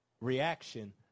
reaction